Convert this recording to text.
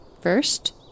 first